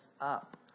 up